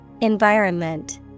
Environment